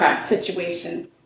situation